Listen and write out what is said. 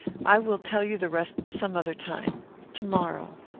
i will tell you the rest some other time to-morrow.